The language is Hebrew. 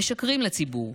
משקרים לציבור,